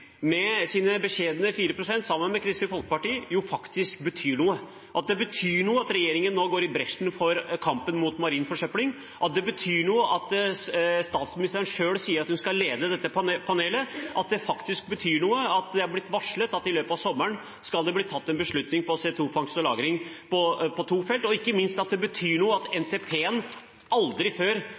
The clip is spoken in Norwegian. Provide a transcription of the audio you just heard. med sine beskjedne 4 pst. – sammen med Kristelig Folkeparti, faktisk betyr noe, at det betyr noe at regjeringen nå går i bresjen for kampen mot marin forsøpling, at det betyr noe at statsministeren selv sier at hun skal lede dette panelet, at det betyr noe at det er blitt varslet at det i løpet av sommeren skal bli tatt en beslutning når det gjelder CO 2 -fangst og -lagring på to felt, og ikke minst at det betyr noe at en i NTP-en aldri før